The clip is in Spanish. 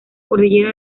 cordillera